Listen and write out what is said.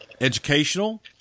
educational